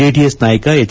JDS ನಾಯಕ H